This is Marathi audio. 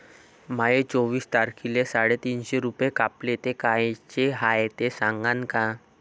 माये चोवीस तारखेले साडेतीनशे रूपे कापले, ते कायचे हाय ते सांगान का?